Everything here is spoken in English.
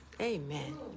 Amen